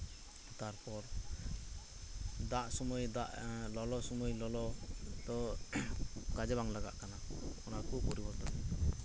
ᱛᱟᱨᱯᱚᱨ ᱫᱟᱜ ᱥᱚᱢᱚᱭ ᱫᱟᱜ ᱞᱚᱞᱚ ᱥᱚᱢᱚᱭ ᱞᱚᱞᱚ ᱫᱚ ᱠᱟᱡᱮ ᱵᱟᱝ ᱞᱟᱜᱟᱜ ᱠᱟᱱᱟ ᱚᱱᱟ ᱠᱩ ᱯᱚᱨᱤᱵᱚᱨᱛᱚᱱ ᱦᱩᱭᱩᱜ ᱠᱟᱱᱟ